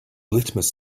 litmus